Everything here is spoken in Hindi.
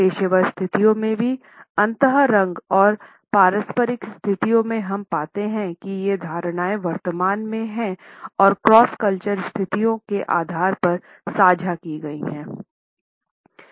पेशेवर स्थितियों में भी अंत रंग और पारस्परिक स्थितियों में हम पाते हैं कि ये धारणाएं वर्तमान में हैं और क्रॉस कल्चरल स्थितियों के आधार पर साझा की गई हैं